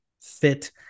fit